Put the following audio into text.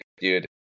dude